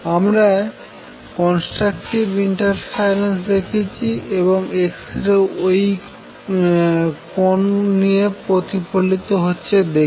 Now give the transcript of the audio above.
আমরা constructive interference দেখছি এবং x রে ওই কোন নিয়ে প্রতিফলিত হচ্ছে দেখছি